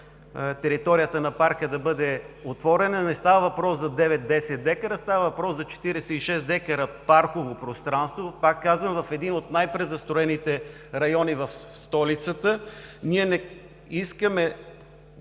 територията на парка да бъде отворена. Не става въпрос за девет, десет декара, а става въпрос за 46 декара парково пространство, пак казвам, в един от най-презастроените райони в столицата. Ние не искаме